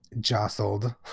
jostled